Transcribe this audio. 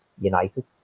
United